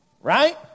Right